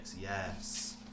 Yes